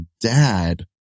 dad